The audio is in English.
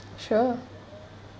sure